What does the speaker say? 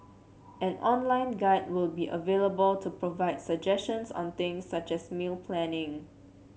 an online guide will be available to provide suggestions on things such as meal planning